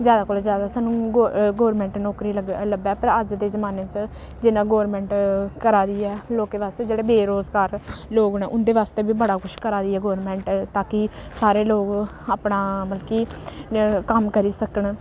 जैदा कोला जैदा सानूं गौ गौरमैंट नौकरी लग लब्भै पर अज्ज दे जमान्ने च जिन्ना गौरमैंट करा दी ऐ लोकें बास्तै जेह्ड़े बेरोजगार लोक न उं'दे बास्तै बी बड़ा कुछ करा दी ऐ गौरमैंट ताकि सारे लोक अपना मतलब कि कम्म करी सकन